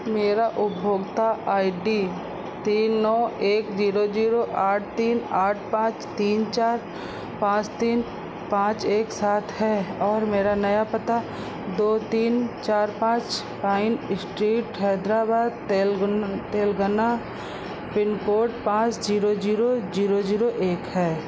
मेरी उपभोक्ता I D तीन नौ एक जीरो जीरो आठ तीन आठ पाँच तीन चार तीन पाँच एक सात है और नया पता दो तीन चार पाँच पाइन स्ट्रीट हैदराबाद तेलगा तेलंगाना पिन कोड पाँच जीरो जीरो जीरो जीरो एक है